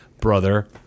brother